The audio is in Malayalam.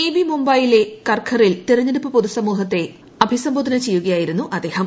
നേവി മുംബൈയിലെ കർഖറിൽ തെരഞ്ഞെടുപ്പ് പൊതുസമ്മേളനത്തെഅഭിസംബോധന ചെയ്യുകയായിരുന്നു അദ്ദേഹം